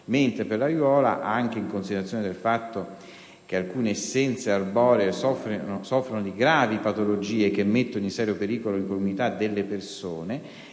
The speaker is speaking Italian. mentre per l'aiuola (anche in considerazione del fatto che alcune essenze arboree soffrono di gravi patologie che mettono in serio pericolo l'incolumità delle persone)